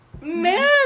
Man